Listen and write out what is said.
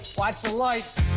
watch the lights.